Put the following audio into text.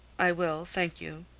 i will, thank you.